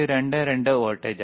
22 വോൾട്ടേജാണ്